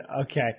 okay